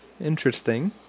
Interesting